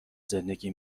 زندگی